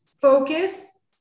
Focus